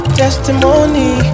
testimony